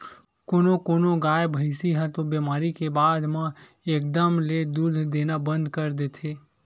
कोनो कोनो गाय, भइसी ह तो बेमारी के बाद म एकदम ले दूद देना बंद कर देथे